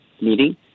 meeting